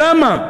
למה?